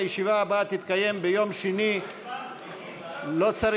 הישיבה הבאה תתקיים ביום שני, לא הצבענו.